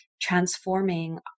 transforming